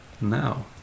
now